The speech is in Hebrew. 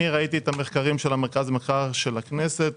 ראיתי את המחקרים של מרכז המחקר והמידע של הכנסת.